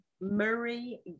Murray